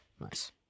Nice